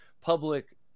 public